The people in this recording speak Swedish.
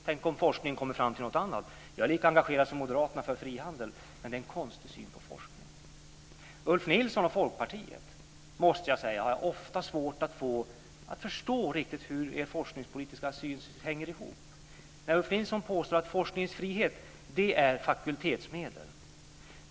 Tänk om forskningen kommer fram till någonting annat? Jag är lika engagerad som moderaterna för frihandel, men det är en konstig syn på forskningen. Jag har ofta svårt att förstå hur Ulf Nilssons och Folkpartiets forskningspolitiska syn hänger ihop. Ulf Nilsson påstår att forskningens frihet är fakultetsmedel.